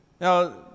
Now